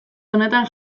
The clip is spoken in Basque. honetan